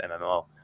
mmo